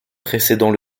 précédant